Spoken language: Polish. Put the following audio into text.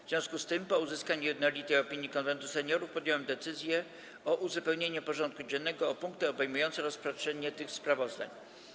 W związku z tym, po uzyskaniu jednolitej opinii Konwentu Seniorów, podjąłem decyzję o uzupełnieniu porządku dziennego o punkty obejmujące rozpatrzenie tych sprawozdań.